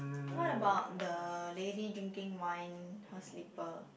what about the lady drinking wine her slipper